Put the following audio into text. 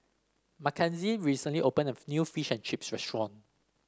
Makenzie recently opened a new Fish and Chips restaurant